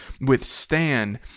withstand